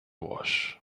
wash